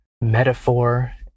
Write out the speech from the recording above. metaphor